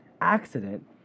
accident